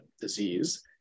disease